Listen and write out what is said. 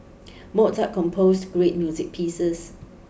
Mozart composed great music pieces